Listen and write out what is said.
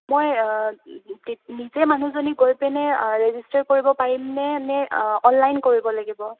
মই নিজে মানুহজনী গৈ পিনে ৰেজিষ্টাৰ কৰিব পাৰিমনে নে অনলাইন কৰিব লাগিব